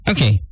Okay